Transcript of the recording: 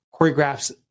choreographs